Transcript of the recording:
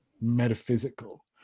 metaphysical